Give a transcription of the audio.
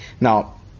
Now